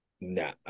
No